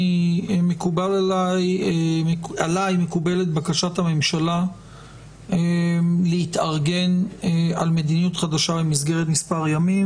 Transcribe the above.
מקובלת עליי בקשת הממשלה להתארגן על מדיניות חדשה במסגרת מספר ימים,